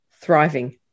thriving